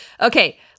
Okay